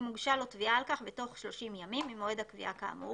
אם הוגשה לו תביעה על כך בתוך 30 ימים ממועד הקביעה כאמור,